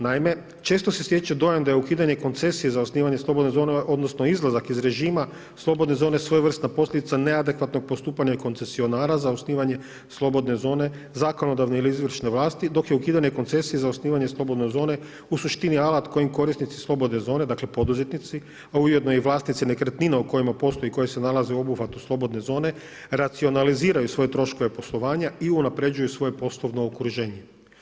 Naime, često se stječe dojam da je ukidanje koncesije za osnivanje slobodne zone, odnosno izlazak iz režima slobodne zone svojevrsna posljedica neadekvatnog postupanja i koncesionara za osnivanje slobodne zone zakonodavne ili izvršne vlasti dok je ukidanje koncesije za osnivanje slobodne zone u suštini alat kojim korisnici slobodne zone, dakle poduzetnici a ujedno i vlasnici nekretnina u kojima postoji i koje se nalaze u obuhvatu slobodne zone racionaliziraju svoje troškove poslovanja i unapređuju svoje poslovno okruženje.